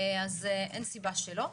אז אין סיבה שלא.